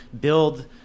build